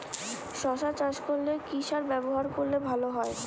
শশা চাষ করলে কি সার ব্যবহার করলে ভালো হয়?